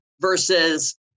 versus